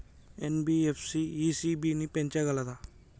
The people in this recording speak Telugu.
ఎన్.బి.ఎఫ్.సి ఇ.సి.బి ని పెంచగలదా?